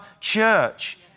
church